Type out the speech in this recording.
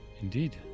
Indeed